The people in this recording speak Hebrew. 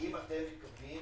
האם אתם מתכוונים